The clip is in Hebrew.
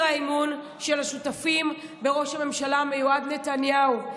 האמון של השותפים בראש הממשלה המיועד נתניהו.